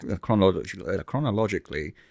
chronologically